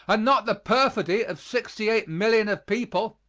and not the perfidy of sixty eight million of people.